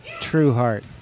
Trueheart